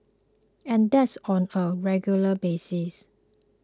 and that's on a regular basis